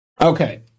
Okay